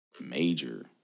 major